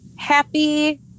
Happy